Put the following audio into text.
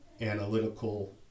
analytical